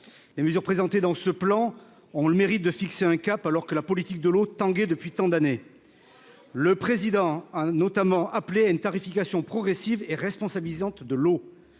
Les mesures présentées dans ce plan ont le mérite de fixer un cap alors que la politique de l'autre tanguer depuis tant d'années. Le président a notamment appelé à une tarification progressive et responsabilisante de l'eau